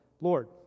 Lord